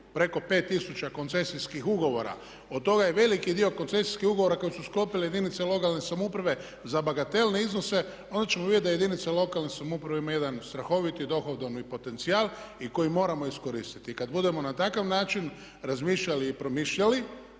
preko 5000 koncesijskih ugovora. Od toga je veliki dio koncesijskih ugovora koje su sklopile jedinice lokalne samouprave za bagatelne iznose, onda ćemo vidjeti da jedinice lokalne samouprave ima jedan strahoviti dohodovni potencijal i koji moramo iskoristiti. I kad budemo na takav način razmišljali i promišljali,